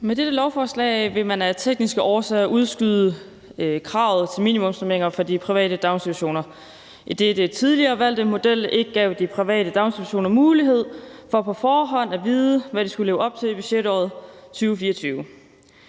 Med dette lovforslag vil man af tekniske årsager udskyde kravet om minimumsnormeringer for de private daginstitutioner, idet den tidligere valgte model ikke gav de private daginstitutioner mulighed for på forhånd at vide, hvad de skulle leve op til i budgetåret 2024.